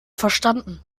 verstanden